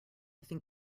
think